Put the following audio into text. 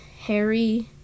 Harry